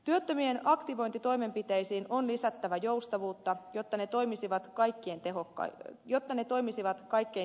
työttömien aktivointitoimenpiteisiin on lisättävä joustavuutta jotta ne toimisivat kaikkein tehokkaimmin